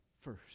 first